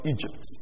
Egypt